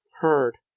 heard